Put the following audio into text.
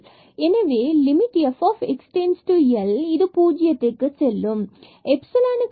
எனவே limit fx → L இது 0 க்கு செல்லும்